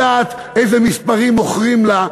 היא לא יודעת איזה מספרים מוכרים לה,